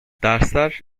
dersler